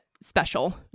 special